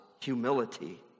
Humility